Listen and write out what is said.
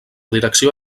direcció